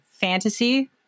fantasy